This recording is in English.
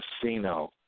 casino